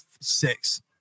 six